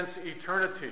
eternity